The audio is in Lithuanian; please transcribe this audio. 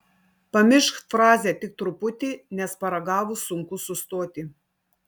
pamiršk frazę tik truputį nes paragavus sunku sustoti